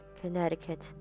Connecticut